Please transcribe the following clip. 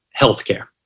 healthcare